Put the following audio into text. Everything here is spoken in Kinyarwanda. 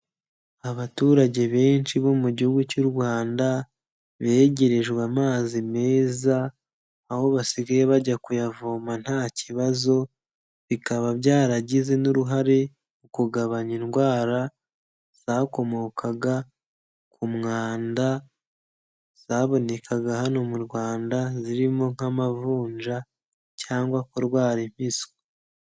Abaturage benshi bo mu gihugu cy'u Rwanda, begerejwe amazi meza, aho basigaye bajya kuyavoma ntakibazo, bikaba byaragize n'uruhare mu kugabanya indwara zakomokaga ku mwanda, zabonekaga hano mu Rwanda, zirimo nk'amavunja cyangwa kurwara impiswi.